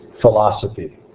philosophy